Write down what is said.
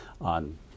on